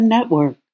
Network